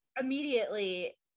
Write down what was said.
immediately